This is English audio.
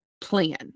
plan